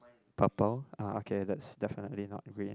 purple uh okay that's definitely not green